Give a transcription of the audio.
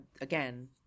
again